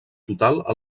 total